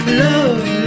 love